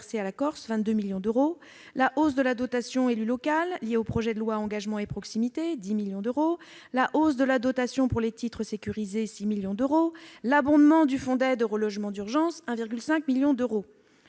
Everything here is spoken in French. la hausse de la dotation élu local, liée au projet de loi Engagement et proximité- 10 millions d'euros -, de la hausse de la dotation pour les titres sécurisés- 6 millions d'euros -, de l'abondement du fonds d'aide au relogement d'urgence- 1,5 million d'euros.